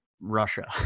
Russia